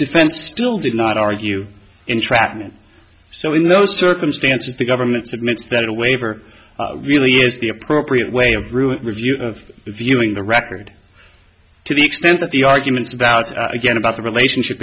defense still did not argue entrapment so in those circumstances the government's admits that a waiver really is the appropriate way of root review of viewing the record to the extent that the arguments about again about the relationship